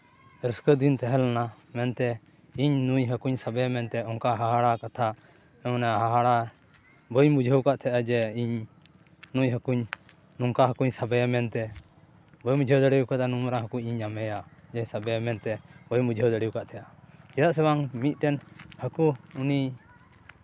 ᱨᱟᱹᱥᱠᱟᱹ ᱫᱤᱱ ᱛᱟᱦᱮᱸ ᱞᱮᱱᱟ ᱢᱮᱱᱛᱮ ᱤᱧ ᱱᱩᱭ ᱦᱟᱹᱠᱩᱧ ᱥᱟᱵᱮᱭᱟ ᱢᱮᱱᱛᱮ ᱚᱱᱠᱟ ᱦᱟᱦᱟᱲᱟᱜ ᱠᱟᱛᱷᱟ ᱦᱟᱦᱟᱲᱟᱜ ᱵᱟᱹᱧ ᱵᱩᱡᱷᱟᱹᱣ ᱠᱟᱫ ᱛᱟᱦᱮᱱᱟ ᱡᱮ ᱤᱧ ᱱᱩᱭ ᱦᱟᱹᱠᱩᱧ ᱱᱚᱝᱠᱟ ᱦᱟᱹᱠᱩᱧ ᱥᱟᱵᱮᱭᱟ ᱢᱮᱱᱛᱮ ᱵᱟᱹᱧ ᱵᱩᱡᱷᱟᱹᱣ ᱫᱟᱲᱮᱭᱟᱠᱟᱫᱟ ᱱᱩᱱ ᱢᱟᱨᱟᱝ ᱦᱟᱹᱠᱩᱧ ᱧᱟᱢᱮᱭᱟ ᱡᱮ ᱥᱟᱵᱮᱭᱟ ᱢᱮᱱᱛᱮ ᱵᱟᱹᱧ ᱵᱩᱡᱷᱟᱹᱣ ᱫᱟᱲᱮᱣᱟᱠᱟᱫ ᱛᱟᱦᱮᱱᱟ ᱪᱮᱫᱟᱜ ᱥᱮ ᱵᱟᱝ ᱢᱤᱫᱴᱮᱱ ᱦᱟᱹᱠᱩ ᱩᱱᱤ